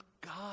God